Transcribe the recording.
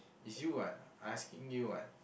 is you [what] I asking you [what]